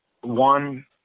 one